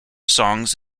songs